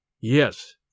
Yes